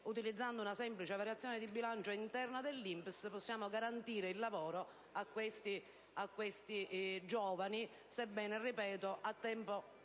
ad una semplice variazione di bilancio interna dell'INPS possiamo garantire il lavoro a questi giovani, sebbene, ripeto, a tempo